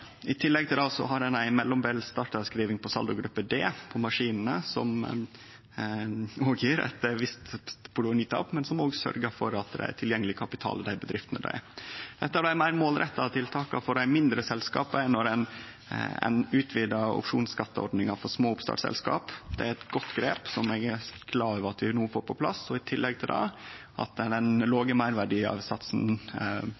I tillegg har ein ei mellombels startavskriving på saldogruppe d, på maskinene, som òg gjev eit visst provenytap, men som sørgjer for at det er tilgjengeleg kapital i bedriftene. Eitt av dei meir målretta tiltaka for dei mindre selskapa er når ein utvider opsjonsskatteordninga for små oppstartsselskap. Det er eit godt grep som eg er glad for at vi no får på plass. I tillegg til det – at